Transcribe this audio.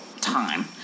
time